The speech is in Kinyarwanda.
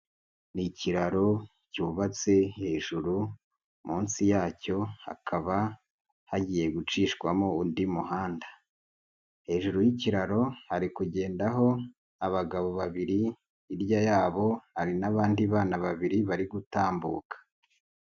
Ni ikiraro cyubatse hejuru, munsi yacyo hakaba hagiye gucishwamo undi muhanda, hejuru y'ikiraro hari kugendaho abagabo babiri, hirya y'aho hari n'abandi bana babiri bari gutambuka.